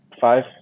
five